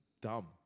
Dumb